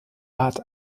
art